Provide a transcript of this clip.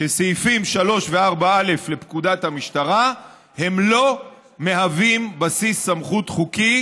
שסעיפים 3 ו-4א לפקודת המשטרה הם לא בסיס סמכות חוקי